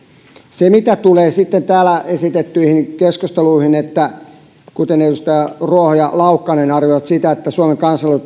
mitä tulee sitten täällä esitettyihin keskusteluihin kun edustaja ruoho ja laukkanen arvioivat sitä että suomen